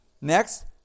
Next